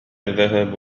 الذهاب